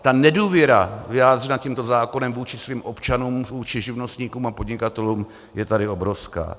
Ta nedůvěra vyjádřená tímto zákonem vůči svým občanům, vůči živnostníkům a podnikatelům je tady obrovská.